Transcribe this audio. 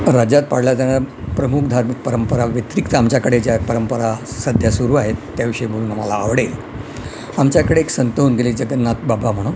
राज्यात पाळल्या जाणाऱ्या प्रमुख धार्मिक परंपरा व्यतिरिक्त आमच्याकडे ज्या परंपरा सध्या सुरू आहेत त्याविषयी बोलणं मला आवडेल आमच्याकडे एक संत होऊन गेले जगन्नाथ बाबा म्हणून